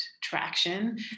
traction